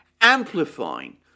amplifying